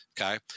Okay